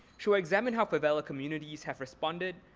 she'll examine how favela communities have responded,